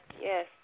yes